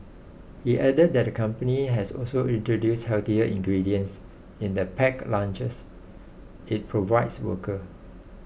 he added that the company has also introduced healthier ingredients in the packed lunches it provides workers